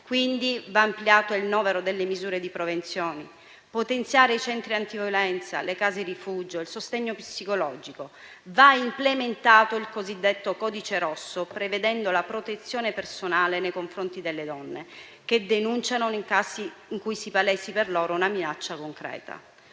Quindi, va ampliato il novero delle misure di prevenzione; occorre potenziare i centri antiviolenza, le case rifugio e il sostegno psicologico; va implementato il cosiddetto codice rosso, prevedendo la protezione personale nei confronti delle donne che denunciano, nei casi in cui si palesi per loro una minaccia concreta.